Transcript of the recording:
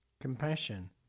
Compassion